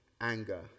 anger